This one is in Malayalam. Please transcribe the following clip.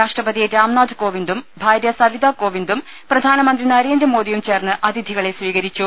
രാഷ്ട്ര പതി രാംനാഥ് കോവിന്ദും ഭാര്യ സവിതാ കോവിന്ദും പ്രധാന മന്ത്രി നരേന്ദ്രമോദിയും ചേർന്ന് അതിഥികളെ സ്വീകരിച്ചു